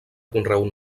conreu